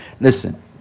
Listen